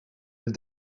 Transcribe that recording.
het